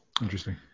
interesting